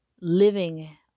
living